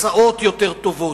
הסעות יותר טובות,